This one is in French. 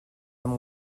mon